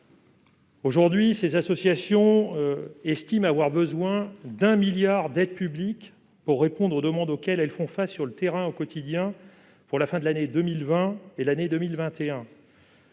mois. Ces associations estiment avoir besoin de 1 milliard d'euros d'aides publiques pour répondre aux demandes auxquelles elles font face sur le terrain au quotidien pour la fin de l'année 2020 et pour 2021.